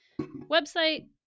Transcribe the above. website